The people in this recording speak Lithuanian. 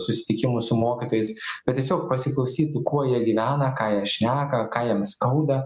susitikimus su mokytojais bet tiesiog pasiklausyti kuo jie gyvena ką jie šneka ką jiem skauda